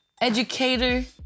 educator